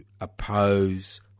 oppose